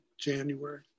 January